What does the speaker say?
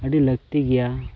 ᱟᱹᱰᱤ ᱞᱟᱹᱠᱛᱤ ᱜᱮᱭᱟ